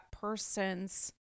person's